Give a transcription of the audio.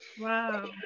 wow